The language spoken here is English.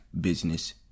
business